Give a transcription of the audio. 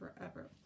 forever